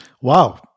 wow